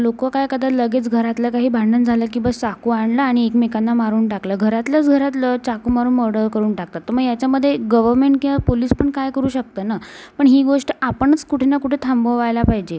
लोकं काय करतात लगेच घरातलं काही भांडण झालं की बस चाकू आणला आणि एकमेकांना मारून टाकलं घरातल्याच घरातलं चाकू मारून मर्डर करून टाकतात तर मग याच्यामध्ये गव्हमेन्ट किंवा पोलीस पण काय करू शकतं ना पण ही गोष्ट आपणच कुठे ना कुठे थांबवायला पाहिजे